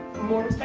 more